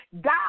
God